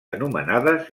anomenades